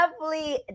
lovely